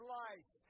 life